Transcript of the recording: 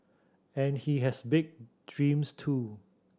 and he has big dreams too